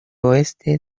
oeste